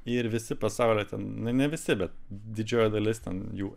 ir visi pasauly ten ne visi bet didžioji dalis ten jų